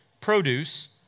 produce